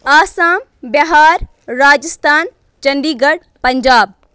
Assam Bihar Rajasthan Chandigarh Punjab